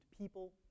people